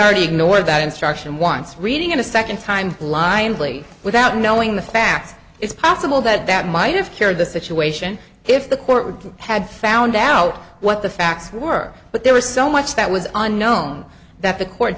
already know what that instruction wants reading it a second time blindly without knowing the facts it's possible that that might have cured the situation if the court had found out what the facts were but there was so much that was unknown that the court